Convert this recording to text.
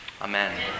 Amen